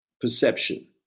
perception